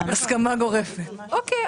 אוקיי.